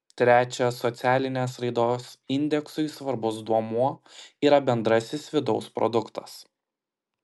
trečias socialinės raidos indeksui svarbus duomuo yra bendrasis vidaus produktas